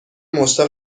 مشتاق